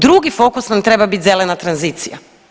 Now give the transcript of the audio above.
Drugi fokus nam treba biti zelena tranzicija.